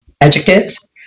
adjectives